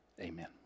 Amen